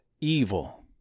evil